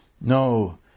no